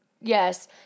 Yes